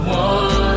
one